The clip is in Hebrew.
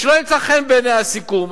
עם קבוצת רופאים שלא ימצא חן בעיניה הסיכום,